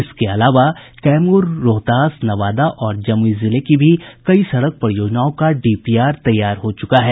इसके अलावा कैमूर रोहतास नवादा और जमूई जिले की भी कई सड़क परियोजनाओं का डीपीआर तैयार हो चुका है